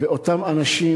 באותם אנשים,